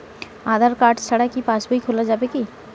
আধার card ছাড়া কি passbook খোলা যাবে কি?